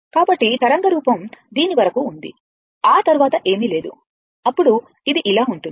కాబట్టి తరంగ రూపం దీని వరకు ఉంది ఆ తర్వాత ఏమీ లేదు అప్పుడు ఇది ఇలా ఉంటుంది